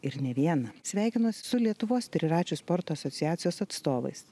ir ne vieną sveikinuos su lietuvos triračių sporto asociacijos atstovais